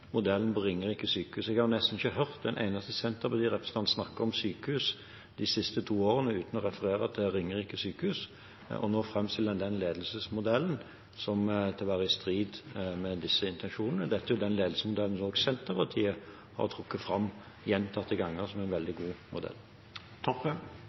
Jeg har nesten ikke hørt en eneste Senterparti-representant snakke om sykehus i de siste to årene uten å referere til Ringerike sykehus. Og nå fremstiller en den ledelsesmodellen som om den skulle være i strid med disse intensjonene. Dette er jo den ledelsesmodellen som også Senterpartiet gjentatte ganger har trukket fram som en veldig